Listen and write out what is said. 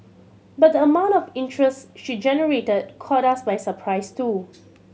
but the amount of interest she generated caught us by surprise too